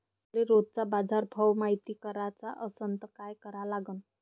मले रोजचा बाजारभव मायती कराचा असन त काय करा लागन?